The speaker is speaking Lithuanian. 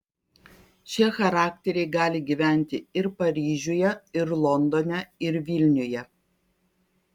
šie charakteriai gali gyventi ir paryžiuje ir londone ir vilniuje